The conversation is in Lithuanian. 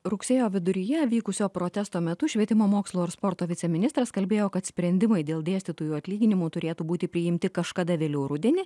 rugsėjo viduryje vykusio protesto metu švietimo mokslo ir sporto viceministras kalbėjo kad sprendimai dėl dėstytojų atlyginimų turėtų būti priimti kažkada vėliau rudenį